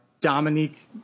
Dominique